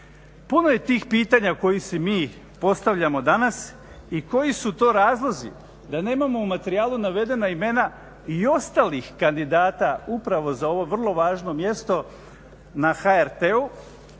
Puno je tih pitanja koje si mi postavljamo danas i koji su to razlozi da nemamo u materijalu navedena imena i ostalih kandidata upravo za ovo vrlo važno mjesto na HRT-u.